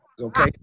okay